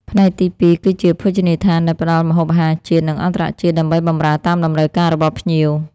ផ្នែកទីពីរគឺជា ភោជនីយដ្ឋាន ដែលផ្តល់ម្ហូបអាហារជាតិ និងអន្ដរជាតិ ដើម្បីបម្រើតាមតម្រូវការរបស់ភ្ញៀវ។